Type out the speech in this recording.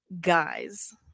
Guys